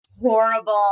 horrible